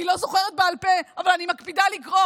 אני לא זוכרת בעל פה אבל אני מקפידה לקרוא.